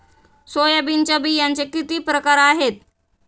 सोयाबीनच्या बियांचे किती प्रकार आहेत?